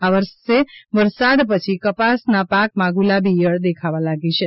આ વર્ષે વરસાદ પછી કપાસના પાકમાં ગુલાબી ઈયળ દેખાવા લાગી છે